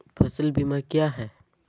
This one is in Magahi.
फ़सल बीमा क्या है?